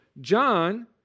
John